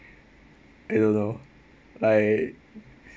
I don't know like